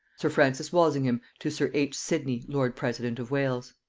sir francis walsingham to sir h. sidney lord president of wales.